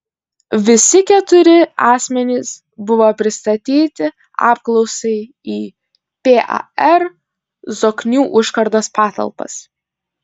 visi keturi asmenys buvo pristatyti apklausai į par zoknių užkardos patalpas